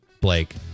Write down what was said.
Blake